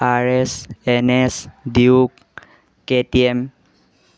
R S N S duke KTM